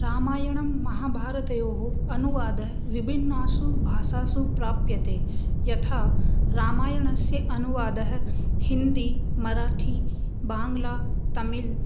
रामायणमहाभारतयोः अनुवादः विभिन्नासु भाषासु प्राप्यते यथा रामायणस्य अनुवादः हिन्दी मराठी बाङ्गला तमिल्